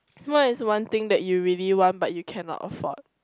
what is one thing that you really want but you cannot afford